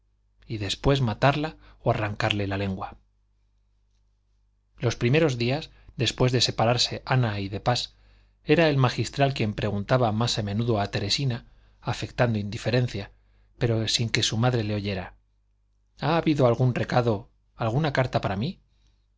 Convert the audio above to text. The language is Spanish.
y después matarla o arrancarle la lengua los primeros días después de separarse ana y de pas era el magistral quien preguntaba más a menudo a teresina afectando indiferencia pero sin que su madre le oyera ha habido algún recado alguna carta para mí